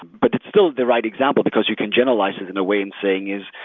but it's still the right example, because you can generalize it in a way and saying is,